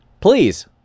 Please